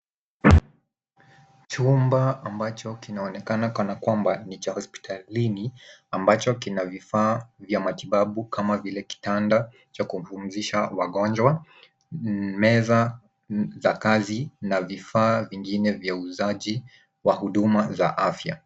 Chumba ambacho kinaonekana kana kwamba ni cha hospitalini ambacho kina vifaa vya matibabu kama vile kitanda cha kupumzisha wagonjwa, meza za kazi na vifaa vingine vya uuzaji wa huduma za afya.